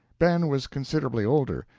ben was considerably older,